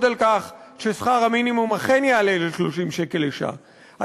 על כך ששכר המינימום אכן יעלה ל-30 שקל לשעה.